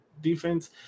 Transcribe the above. defense